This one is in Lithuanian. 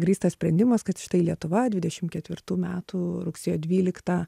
grįstas sprendimas kad štai lietuva dvidešimt ketvirtų metų rugsėjo dvyliktą